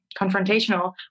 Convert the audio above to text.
confrontational